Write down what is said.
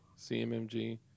CMMG